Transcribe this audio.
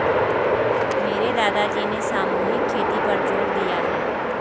मेरे दादाजी ने सामूहिक खेती पर जोर दिया है